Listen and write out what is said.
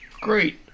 great